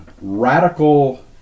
radical